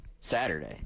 Saturday